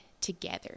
together